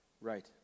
Right